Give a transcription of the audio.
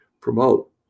promote